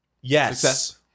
Yes